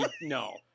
no